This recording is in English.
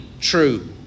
true